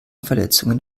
verletzungen